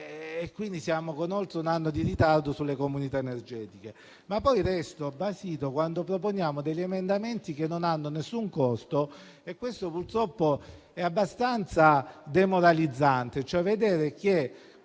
anno e siamo con oltre un anno di ritardo sulle comunità energetiche. Resto altresì basito quando proponiamo degli emendamenti che non hanno nessun costo. È purtroppo abbastanza demoralizzante